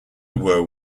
were